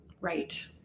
right